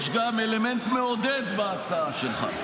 יש גם אלמנט מעודד בהצעה שלך.